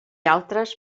altres